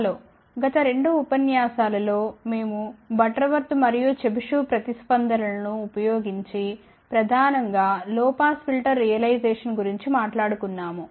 hello గత రెండు ఉపన్యాసాలలో మేము బటర్వర్త్ మరియు చెబిషెవ్ ప్రతిస్పందన లను ఉపయోగించి ప్రధానంగా లో పాస్ ఫిల్టర్ రియలైజేషన్ గురించి మాట్లాడుకున్నాము